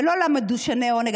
ולא למדושני עונג.